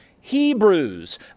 Hebrews